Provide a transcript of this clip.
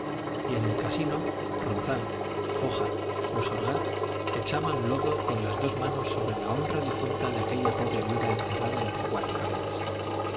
y en el casino ronzal foja los orgaz echaban lodo con las dos manos sobre la honra difunta de aquella pobre viuda encerrada entre cuatro paredes